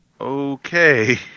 Okay